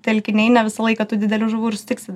telkiniai ne visą laiką tų didelių žuvų ir sutiksi